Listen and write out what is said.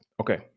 Okay